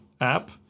app